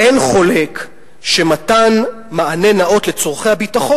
"אין חולק שמתן מענה נאות לצורכי הביטחון